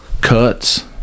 cuts